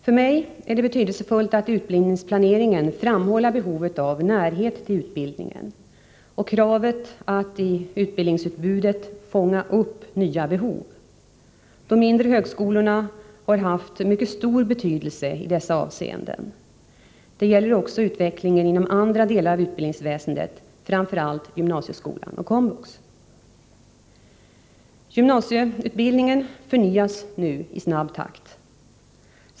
För mig är det betydelsefullt att i utbildningsplaneringen framhålla behovet av närhet till utbildningen och kravet att i utbildningsutbudet fånga upp nya behov. De mindre högskolorna har haft mycket stor betydelse i dessa avseenden. Det gäller också utvecklingen inom andra delar av utbildningsväsendet, framför allt gymnasieskolan och komvux. Gymnasieutbildningen förnyas nu i snabb takt.